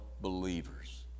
believers